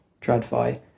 TradFi